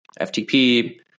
FTP